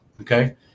Okay